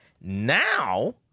Now